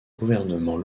gouvernement